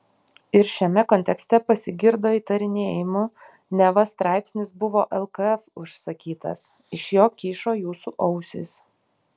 ir šiame kontekste pasigirdo įtarinėjimų neva straipsnis buvo lkf užsakytas iš jo kyšo jūsų ausys